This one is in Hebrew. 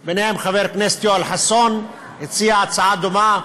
ביניהם, חבר הכנסת יואל חסון הציע הצעה דומה,